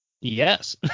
Yes